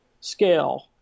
scale